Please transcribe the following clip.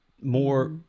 More